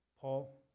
Paul